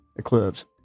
eclipse